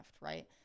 right